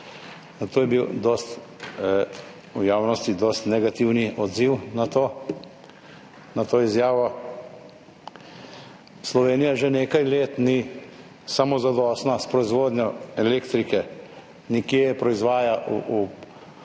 Nato je bil v javnosti dosti negativen odziv na to izjavo. Slovenija že nekaj let ni samozadostna s proizvodnjo elektrike. Od 80 do 85 %